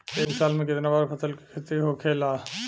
एक साल में कितना बार फसल के खेती होखेला?